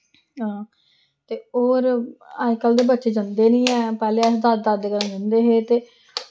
हां ते और अजकल्ल दे बच्चे जन्दे निं ऐ पैह्ले अस दादा दादी कन्नै जन्दे हे ते